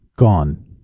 Gone